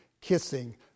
kissing